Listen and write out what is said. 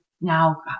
now